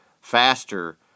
faster